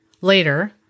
Later